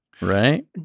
Right